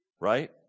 right